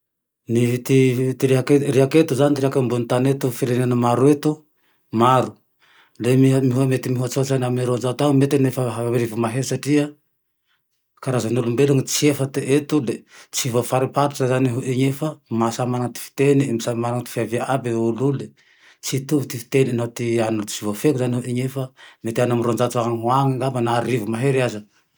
Ny ty rehaky eto zane, rehek-rehaky eto zane ty reheke ambony tane ato amy ty firene maro eto maro, mety mihoatsohatsy roan-jato agne, mety nefa arivo mahere satria, karan'ny olombolone tsy efa ty eto le tsy voafariparitsy zane hoe ino fa ma-samy mana ty fiteniny noho samy mana fiaviay aby olo le tsy hitovy ty fiteniny naho ty anony, tsy voafehiko zane ine fa mety agne amy roan-jato agne ho agne ngamba na arivo mahery aza